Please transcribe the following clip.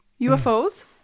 UFOs